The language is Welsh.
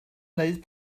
wneud